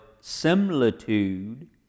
similitude